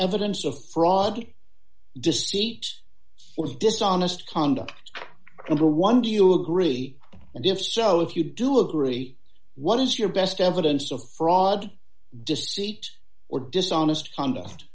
evidence of fraud deceit was dishonest conduct number one do you agree and if so if you do agree what is your best evidence of fraud deceit or dishonest conduct